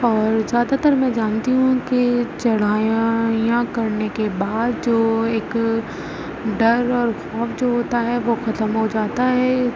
اور زیادہ تر میں جانتی ہوں کہ چڑھایاں یا کرنے بعد جو ایک ڈر اور خوف جو ہوتا ہے وہ ختم ہو جاتا ہے